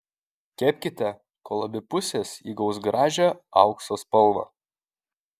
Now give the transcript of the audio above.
kepkite kol abi pusės įgaus gražią aukso spalvą